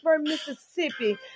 Mississippi